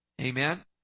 Amen